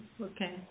Okay